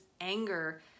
anger